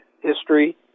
history